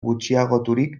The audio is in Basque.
gutxiagoturik